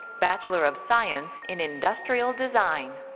bachelor of science in industrial design,